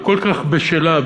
וכל כך בשלה,